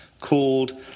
called